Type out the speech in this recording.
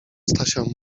stasia